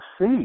see